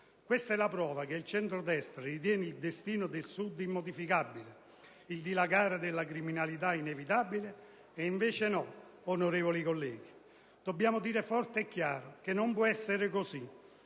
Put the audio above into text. Questa è la prova che il centrodestra ritiene il destino del Sud immodificabile, il dilagare della criminalità inevitabile. E invece no, onorevoli colleghi, dobbiamo dire forte e chiaro che non può essere così.